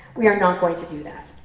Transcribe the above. we are not going to do that.